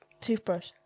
Toothbrush